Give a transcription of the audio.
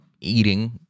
eating